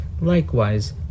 likewise